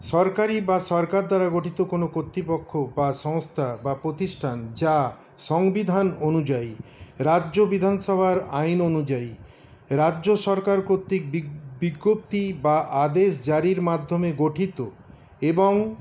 সরকারি বা সরকার দ্বারা গঠিত কোনো কর্তৃপক্ষ বা সংস্থা বা পতিষ্ঠান যা সংবিধান অনুযায়ী রাজ্য বিধানসভার আইন অনুযায়ী রাজ্য সরকার কর্তৃক বিজ্ঞপ্তি বা আদেশ জারির মাধ্যমে গঠিত এবং